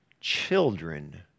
children